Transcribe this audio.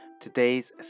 Today's